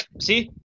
see